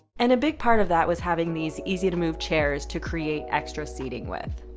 and a big part of that was having these easy-to-move chairs to create extra seating with.